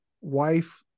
wife